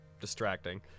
distracting